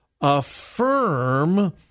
affirm